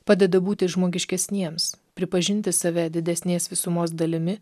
padeda būti žmogiškesniems pripažinti save didesnės visumos dalimi